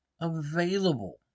available